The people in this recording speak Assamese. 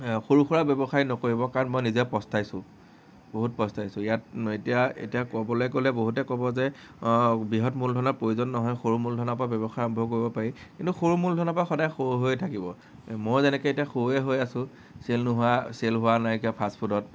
সৰু সুৰা ব্যৱসায় নকৰিব কাৰণ মই নিজে পস্তাইছোঁ বহুত পস্তাইছোঁ ইয়াত এতিয়া এতিয়া ক'বলৈ গ'লে বহুতে ক'ব যে বৃহৎ মূলধনৰ প্ৰয়োজন নহয় সৰু মূলধনৰ পৰা ব্যৱসায় আৰম্ভ কৰিব পাৰি কিন্তু সৰু মূলধনৰ পৰা সদায় সৰু হৈ থাকিব মই যেনেকৈ এতিয়া সৰুয়ে হৈ আছোঁ চেল নোহোৱা চেল হোৱা নাইকিয়া ফাষ্টফুডত